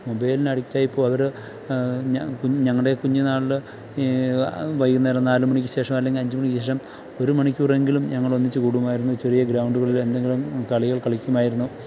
മൊബൈലിന് അഡിക്റ്റ് ആയി ഇപ്പോൾ അവർ ഞ കു ഞങ്ങളുടെ കുഞ്ഞുന്നാളിൽ ഈ വൈകുന്നേരം നാല് മണിക്ക് ശേഷം അല്ലെങ്കിൽ അഞ്ച് മണിക്ക് ശേഷം ഒരു മണിക്കൂർ എങ്കിലും ഞങ്ങൾ ഒന്നിച്ച് കൂടുമായിരുന്നു ചെറിയ ഗ്രൗണ്ടുകളിൽ എന്തെങ്കിലും കളികൾ കളിക്കുമായിരുന്നു